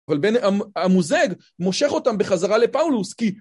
אבל בן המ... המוזג, מושך אותם בחזרה לפאולוס, כי...